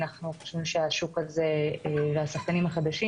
אנחנו חושבים שהשוק הזה והשחקנים החדשים